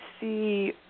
see